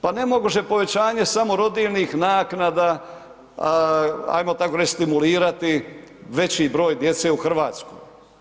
Pa ne može povećanje samo rodiljnih naknada ajmo tako reći stimulirati veći broj djece u Hrvatskoj.